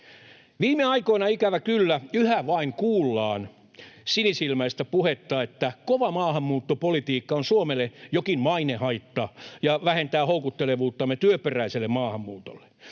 Viime aikoina, ikävä kyllä, yhä vain kuullaan sinisilmäistä puhetta, että kova maahanmuuttopolitiikka on Suomelle jokin mainehaitta ja vähentää houkuttelevuuttamme työperäiselle maahanmuutolle.